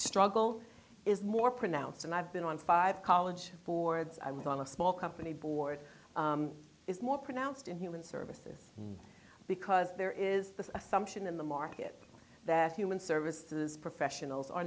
struggle is more pronounced and i've been on five college boards i was on a small company board is more pronounced in human services because there is this assumption in the market that human services professionals are